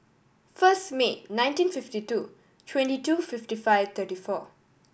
first May nineteen fifty two twenty two fifty five thirty four